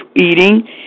eating